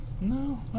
No